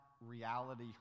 reality